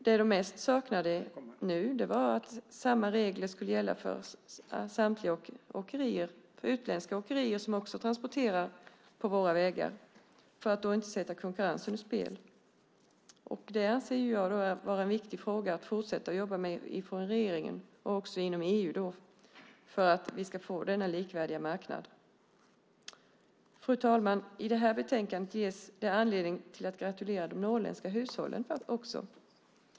Det de mest saknade nu var att samma regler skulle gälla för samtliga åkerier och också för utländska åkerier som transporterar på våra vägar för att inte sätta konkurrensen ur spel. Det anser jag vara en viktig fråga att fortsätta att jobba med från regeringen och också inom EU för att vi ska få denna likvärdiga marknad. Fru talman! I det här betänkandet ges det anledning till att gratulera de norrländska hushållen.